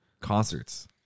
concerts